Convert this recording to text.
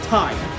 time